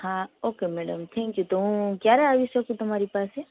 હા okay madam thank you તો હું ક્યારે આવી શકું તમારી પાસે